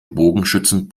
bogenschützen